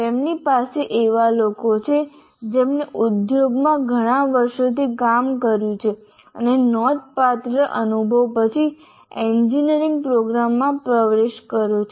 તેમની પાસે એવા લોકો છે જેમણે ઉદ્યોગમાં ઘણા વર્ષોથી કામ કર્યું છે અને નોંધપાત્ર અનુભવ પછી એન્જિનિયરિંગ પ્રોગ્રામમાં પ્રવેશ કર્યો છે